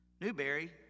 Newberry